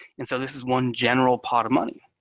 and so this is one general pot of money.